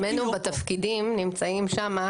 קודמנו בתפקידים נמצאים שם,